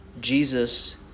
Jesus